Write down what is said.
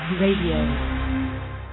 Radio